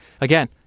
again